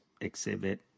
exhibit